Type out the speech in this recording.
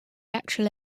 actual